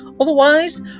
Otherwise